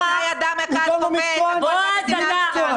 ממתי בן אדם אחד קובע --- המדינה שלנו?